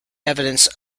evidence